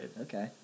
Okay